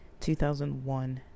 2001